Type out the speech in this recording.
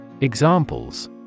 Examples